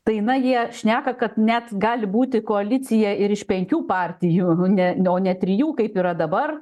tai na jie šneka kad net gali būti koalicija ir iš penkių partijų ne o ne trijų kaip yra dabar